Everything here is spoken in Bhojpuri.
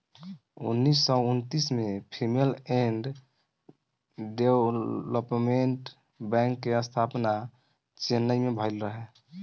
उन्नीस सौ उन्तीस में फीमेल एंड डेवलपमेंट बैंक के स्थापना चेन्नई में भईल रहे